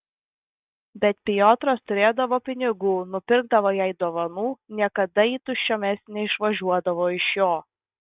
bet piotras turėdavo pinigų nupirkdavo jai dovanų niekada ji tuščiomis neišvažiuodavo iš jo